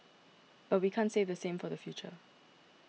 but we can't say the same for the future